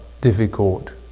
difficult